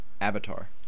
Avatar